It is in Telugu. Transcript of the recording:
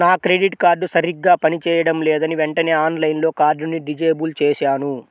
నా క్రెడిట్ కార్డు సరిగ్గా పని చేయడం లేదని వెంటనే ఆన్లైన్లో కార్డుని డిజేబుల్ చేశాను